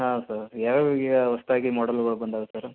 ಹಾಂ ಸರ್ ಯಾವ್ಯಾವು ಈಗ ಹೊಸದಾಗಿ ಮಾಡಲ್ದವು ಬಂದವ ಸರ್